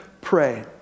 pray